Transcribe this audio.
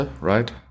right